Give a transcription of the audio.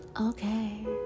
okay